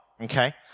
Okay